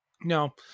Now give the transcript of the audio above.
No